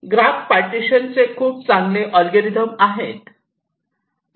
graph partition चे खूप चांगले ऍलगोरिदम आहेत